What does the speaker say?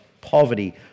poverty